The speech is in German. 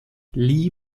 lee